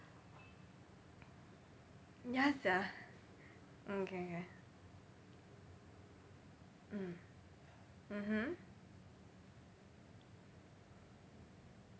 ya sia mm okay okay mm mmhmm